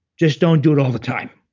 just don't do it all the time